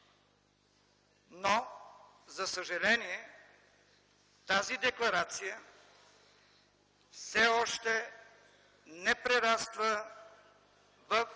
но за съжаление тази декларация все още не прераства в